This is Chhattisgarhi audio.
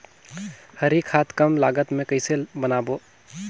हरी खाद कम लागत मे कइसे बनाबो?